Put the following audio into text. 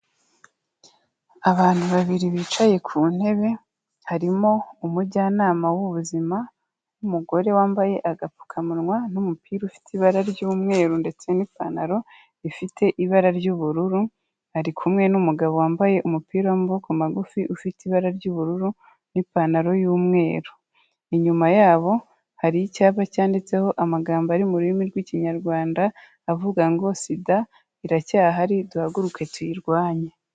Abantu babiri bicaye ku ntebe, harimo umujyanama w'ubuzima, n'umugore wambaye agapfukamunwa n'umupira ufite ibara ry'umweru ndetse n'ipantaro ifite ibara ry'ubururu, ari kumwe n'umugabo wambaye umupira w'amaboko magufi ufite ibara ry'ubururu, n'ipantaro y'umweru. Inyuma yabo, hari icyapa cyanditseho amagambo ari mu rurimi rw'Ikinyarwanda avuga ngo Sida iracyahari duhaguruke tuyirwanye.